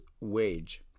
wage